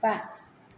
बा